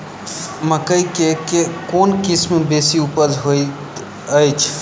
मकई केँ के किसिम बेसी उपजाउ हएत अछि?